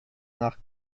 nach